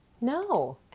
No